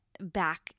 back